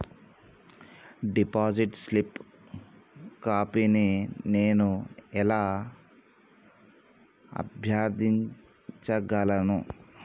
Deposit slip కాపీని నేను ఎలా అభ్యర్థించగలను?